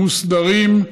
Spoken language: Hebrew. מוסדרים.